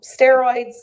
steroids